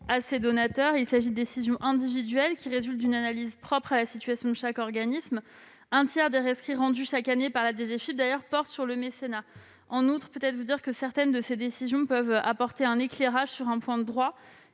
à ses donateurs. Il s'agit de décisions individuelles, qui résultent d'une analyse propre à la situation de chaque organisme. Un tiers des rescrits rendus chaque année par la DGFiP portent d'ailleurs sur le mécénat. En outre, certaines de ces décisions peuvent apporter un éclairage sur un point de droit